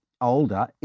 older